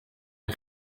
een